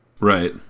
Right